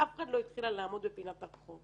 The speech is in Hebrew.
אף אחת לא התחילה לעמוד בפינת הרחוב